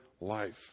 life